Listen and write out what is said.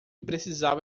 precisava